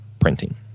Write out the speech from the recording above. printing